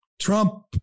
Trump